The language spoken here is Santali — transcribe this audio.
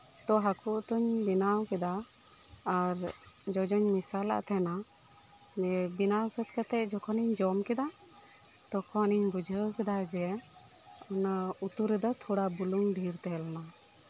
ᱛᱚ ᱦᱟᱹᱠᱩ ᱩᱛᱩᱧ ᱵᱮᱱᱟᱣ ᱠᱮᱫᱟ ᱟᱨ ᱡᱚᱡᱚᱧ ᱢᱮᱥᱟᱞ ᱟᱫ ᱛᱟᱦᱮᱱᱟ ᱫᱤᱭᱮ ᱵᱮᱱᱟᱣ ᱥᱟᱹᱛ ᱠᱟᱛᱮᱫ ᱡᱚᱠᱷᱚᱱ ᱤᱧ ᱡᱚᱢ ᱠᱮᱫᱟ ᱛᱚᱠᱷᱚᱱ ᱤᱧ ᱵᱩᱡᱷᱟᱹᱣ ᱠᱮᱫᱟ ᱡᱮ ᱚᱱᱟ ᱩᱛᱩ ᱨᱮᱫᱚ ᱛᱷᱚᱲᱟ ᱵᱩᱞᱩᱝ ᱰᱷᱮᱨ ᱛᱟᱦᱮᱸ ᱞᱮᱱᱟ